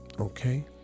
Okay